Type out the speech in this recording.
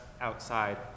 outside